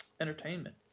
entertainment